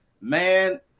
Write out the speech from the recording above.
man